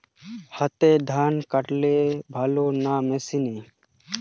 হাতে ধান কাটলে ভালো না মেশিনে?